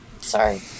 sorry